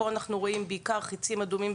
אבל אנחנו רואים פה בעיקר חצים אדומים,